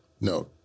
No